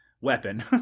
weapon